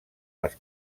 les